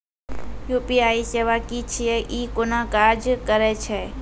UPI सेवा की छियै? ई कूना काज करै छै?